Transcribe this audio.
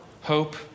hope